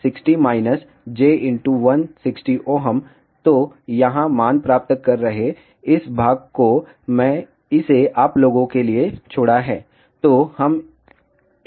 60 - j160 Ω तो यहाँ मान प्राप्त कर रहे इस भाग को मैं इसे आप लोगों के लिए छोड़ा हैं